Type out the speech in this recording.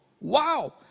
wow